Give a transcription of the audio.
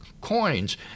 coins